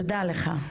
תודה לך.